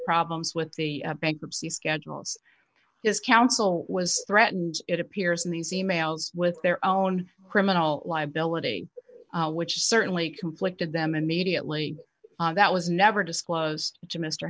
problems with the bankruptcy schedules his counsel was threatened it appears in these e mails with their own criminal liability which certainly conflicted them immediately that was never disclosed